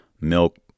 milk